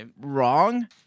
wrong